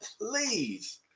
please